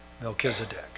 Melchizedek